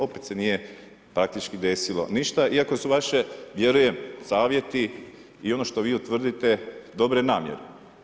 Opet se nije praktički desilo ništa, iako su vaši vjerujem savjeti i ono što vi utvrdite dobre namjere.